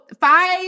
five